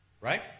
right